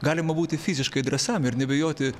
galima būti fiziškai drąsiam ir nebijoti